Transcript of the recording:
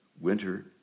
Winter